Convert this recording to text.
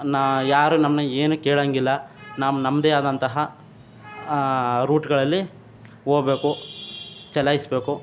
ನಾನು ಯಾರು ನಮ್ಮನ್ನ ಏನು ಕೇಳೋಂಗಿಲ್ಲ ನಾವು ನಮ್ಮದೇ ಆದಂತಹ ರೂಟ್ಗಳಲ್ಲಿ ಹೋಗ್ಬೇಕು ಚಲಾಯಿಸಬೇಕು